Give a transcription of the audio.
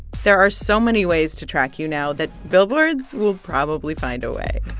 there are so many ways to track you now that billboards will probably find a way